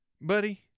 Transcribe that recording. Buddy